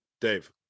Dave